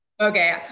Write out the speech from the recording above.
Okay